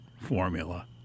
formula